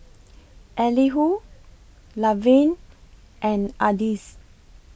Elihu Laverne and Ardyce